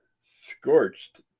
Scorched